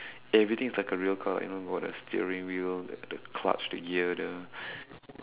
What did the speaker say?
everything is like a real car you know got the steering wheel the the clutch the gear the